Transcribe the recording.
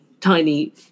tiny